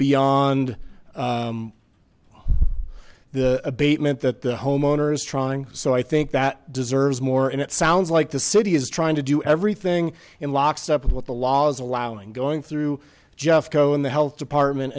beyond the abatement that the homeowners trying so i think that deserves more and it sounds like the city is trying to do everything in lockstep with the laws allowing going through jeffco in the health department